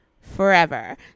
forever